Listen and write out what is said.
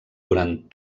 durant